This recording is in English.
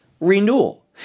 renewal